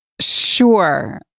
Sure